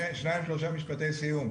שניים-שלושה משפטי סיום: